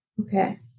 Okay